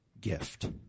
gift